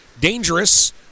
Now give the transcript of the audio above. Dangerous